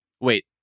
Wait